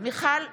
מיכל וולדיגר,